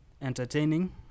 entertaining